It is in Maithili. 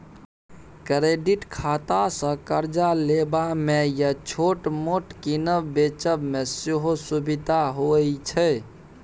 क्रेडिट खातासँ करजा लेबा मे या छोट मोट कीनब बेचब मे सेहो सुभिता होइ छै